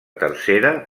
tercera